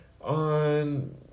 on